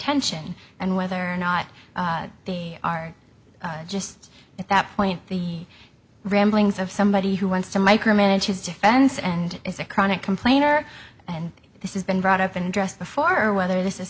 attention and whether or not they are just at that point the ramblings of somebody who wants to micromanage his defense and is a chronic complainer and this is been brought up and dressed the far whether this is